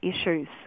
issues